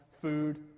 food